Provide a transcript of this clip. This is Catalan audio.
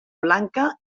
blanca